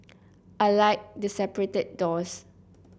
I like the separated doors